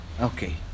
Okay